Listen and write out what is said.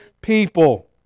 people